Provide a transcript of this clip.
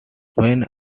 when